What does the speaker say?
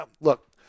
look